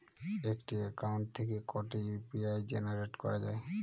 একটি অ্যাকাউন্ট থেকে কটি ইউ.পি.আই জেনারেট করা যায়?